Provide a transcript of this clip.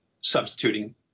substituting